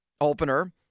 opener